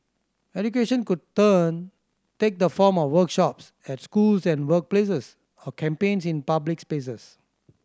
education could turn take the form of workshops at schools and workplaces or campaigns in public spaces